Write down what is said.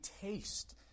taste